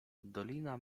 dolina